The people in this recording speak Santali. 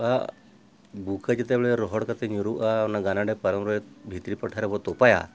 ᱟᱜ ᱵᱩᱠᱟᱹ ᱡᱟᱛᱮ ᱨᱚᱦᱚᱲ ᱠᱟᱛᱮ ᱧᱩᱨᱩᱜᱼᱟ ᱚᱱᱟ ᱜᱟᱱᱟᱰᱮ ᱯᱟᱨᱚᱢ ᱨᱮ ᱵᱷᱤᱛᱨᱤ ᱯᱟᱦᱴᱷᱟ ᱨᱮᱵᱚᱱ ᱛᱚᱯᱟᱭᱟ